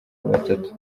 batatu